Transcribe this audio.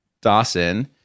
Dawson